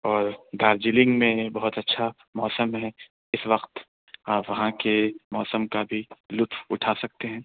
اور ڈارجلنگ میں بہت اچھا موسم ہے اِس وقت آپ وہاں کے موسم کا بھی لُطف اٹھا سکتے ہیں